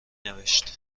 نوشت